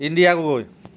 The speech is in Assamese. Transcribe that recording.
ইন্দিৰা গগৈ